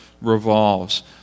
revolves